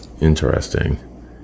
Interesting